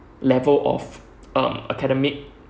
level of um academic